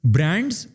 Brands